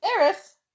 Eris